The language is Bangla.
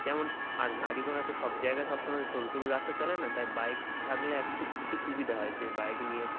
যেমন আর গাড়ি ঘোড়া তো সব জায়গায় সবসময় সরু সরু রাস্তা চলে না তাই বাইক থাকলে একটি একটি সুবিধা হয়ে যে বাইক নিয়ে